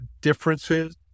differences